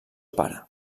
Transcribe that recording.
pare